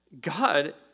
God